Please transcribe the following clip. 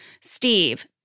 Steve